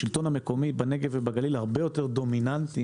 השלטון המקומי בנגב ובגליל הרבה יותר דומיננטי